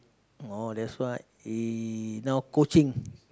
oh that's why he now coaching